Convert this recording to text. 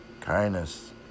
kindness